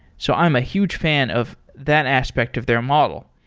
so i'm a huge fan of that aspect of their model.